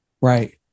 right